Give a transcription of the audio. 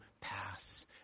pass